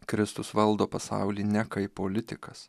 kristus valdo pasaulį ne kaip politikas